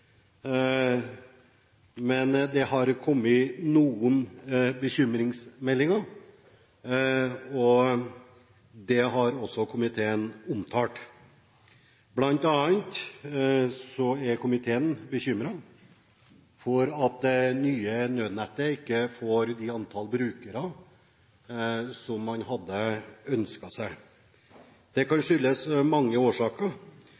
Men det har kommet noen bekymringsmeldinger, og det har også komiteen omtalt – bl.a. er komiteen bekymret for at det nye nødnettet ikke får det antall brukere som man hadde ønsket seg. Det kan